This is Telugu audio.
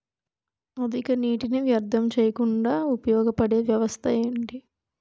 అధిక నీటినీ వ్యర్థం చేయకుండా ఉపయోగ పడే వ్యవస్థ ఏంటి